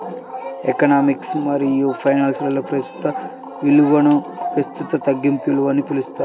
economics మరియుఫైనాన్స్లో, ప్రస్తుత విలువనుప్రస్తుత తగ్గింపు విలువ అని పిలుస్తారు